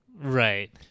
Right